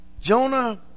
Jonah